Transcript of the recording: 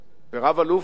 רב-אלוף גנץ,